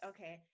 Okay